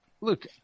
Look